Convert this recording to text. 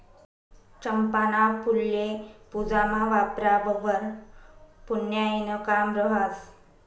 चंपाना फुल्ये पूजामा वापरावंवर पुन्याईनं काम रहास